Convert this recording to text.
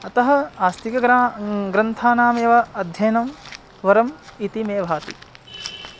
अतः आस्तिकग्रा ग्रन्थानामेव अध्ययनं वरम् इति मे भाति